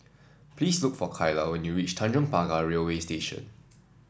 please look for Kylah when you reach Tanjong Pagar Railway Station